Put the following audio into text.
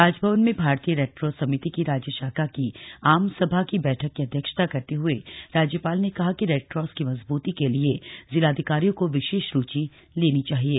राजभवन में भारतीय रेडक्रॉस समिति की राज्य शाखा की आम सभा की बैठक की अध्यक्षता करते हुए राज्यपाल ने कहा कि रेडक्रॉस की मजबूती के लिये जिलाधिकारियों को विशेष रूचि लेनी चाहिये